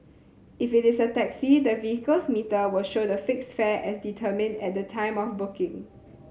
if it is a taxi the vehicle's meter will show the fixed fare as determined at the time of booking